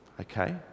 okay